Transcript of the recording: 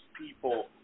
people